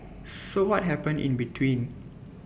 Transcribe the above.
so what happened in between